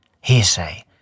hearsay